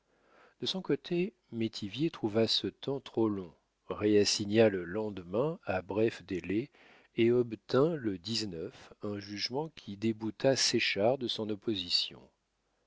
de son côté métivier trouva ce temps trop long réassigna le lendemain à bref délai et obtint le un jugement qui débouta séchard de son opposition